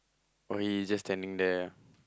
oh he is just standing there